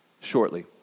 shortly